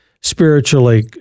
spiritually